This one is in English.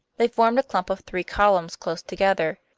they formed a clump of three columns close together,